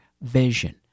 vision